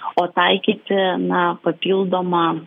o taikyti na papildomą